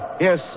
Yes